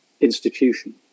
institution